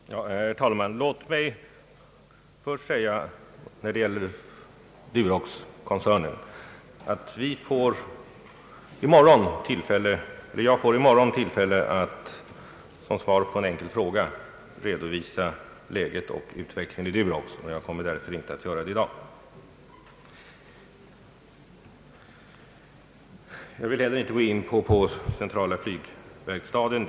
Herr talman! Låt mig först när det gäller Duroxkoncernen säga att jag i morgon får tillfälle att som svar på en enkel fråga redovisa läget och utvecklingen i det företaget, och jag kommer därför inte att göra det i dag. Jag vill heller inte gå in på frågan om centrala flygverkstaden.